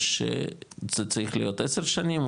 או זה צריך להיות עשר שנים,